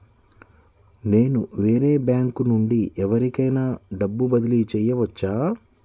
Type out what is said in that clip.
నేను వేరే బ్యాంకు నుండి ఎవరికైనా డబ్బు బదిలీ చేయవచ్చా?